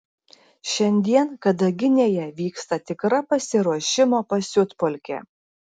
šiandien kadaginėje vyksta tikra pasiruošimo pasiutpolkė